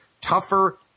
tougher